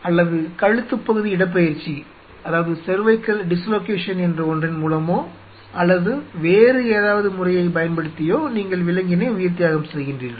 அல்லது கழுத்துப்பகுதி இடப்பெயர்ச்சி என்ற ஒன்றின் மூலமோ அல்லது வேறு ஏதாவது முறையைப் பயன்படுத்தியோ நீங்கள் விலங்கினை உயிர்த்தியாகம் செய்கின்றீர்கள்